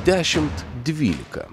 dešimt dvylika